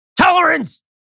Tolerance